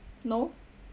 no